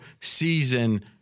season